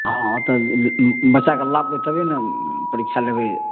हँ तऽ बच्चा के लाबबे तबे ने परीक्षा लेबै